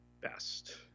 best